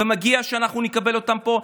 ומגיע להם שאנחנו נקבל אותם פה,